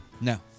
no